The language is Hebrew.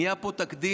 נהיה פה תקדים.